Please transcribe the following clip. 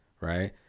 right